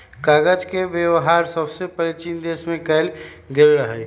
कागज के वेबहार सबसे पहिले चीन देश में कएल गेल रहइ